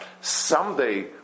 Someday